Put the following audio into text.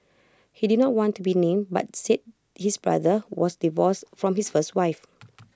he did not want to be named but said his brother was divorced from his first wife